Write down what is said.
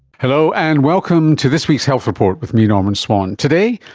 hello, and welcome to this week's health report with me, norman swan. today,